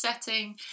setting